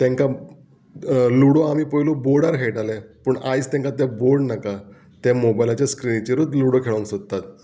तेंकां लुडो आमी पयलो बोर्डार खेळटाले पूण आयज तेंकां ते बोर्ड नाका ते मोबायलाच्या स्क्रिनीचेरूच लुडो खेळोंक सोदतात